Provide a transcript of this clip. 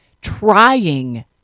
trying